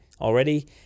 already